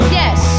yes